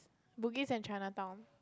Bugis and Chinatown